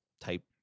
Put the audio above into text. type